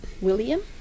william